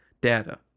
data